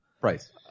Price